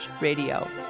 radio